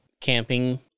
camping